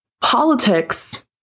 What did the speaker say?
Politics